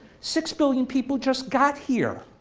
six billion people just got here.